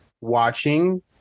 watching